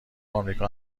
امریکا